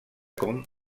com